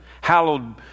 hallowed